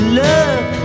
love